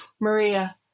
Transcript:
Maria